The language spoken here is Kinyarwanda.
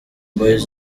boys